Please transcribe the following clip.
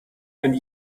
and